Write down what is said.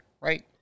Right